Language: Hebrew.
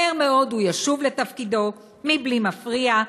מהר מאוד הוא ישוב לתפקידו מבלי מפריע.